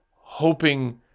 hoping